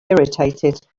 irritated